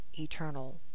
eternal